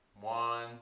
One